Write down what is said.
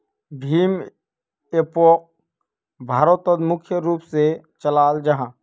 भीम एपोक भारतोत मुख्य रूप से चलाल जाहा